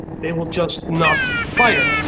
they will just not fire.